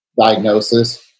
diagnosis